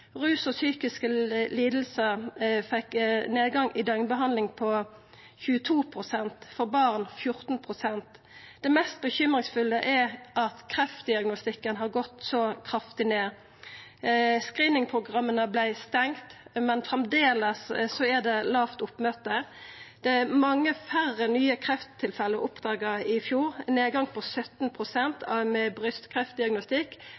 Rus og psykiske lidingar fekk nedgang i døgnbehandling på 22 pst., for barn 14 pst. Det mest bekymringsfulle er at kreftdiagnostikken har gått så kraftig ned. Screeningprogramma vart stengde, men framleis er det lågt oppmøte. Det er mange færre nye krefttilfelle oppdaga i fjor, ein nedgang på 17